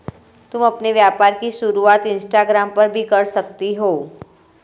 तुम अपने व्यापार की शुरुआत इंस्टाग्राम पर भी कर सकती हो